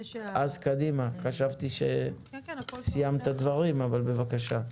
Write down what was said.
קדימה, חשבתי שסיימת את הדברים, אבל בבקשה.